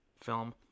film